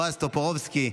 בועז טופורובסקי,